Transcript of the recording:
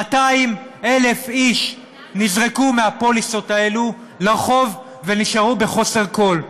200,000 איש נזרקו מהפוליסות האלה לרחוב ונשארו בחוסר כול.